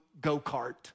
go-kart